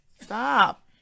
Stop